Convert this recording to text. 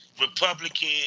Republican